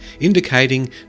indicating